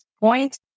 point